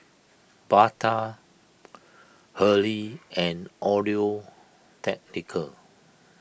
Bata Hurley and Audio Technica